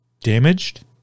damaged